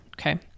Okay